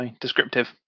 Descriptive